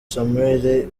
samuel